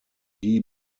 die